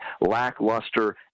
lackluster